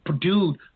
Dude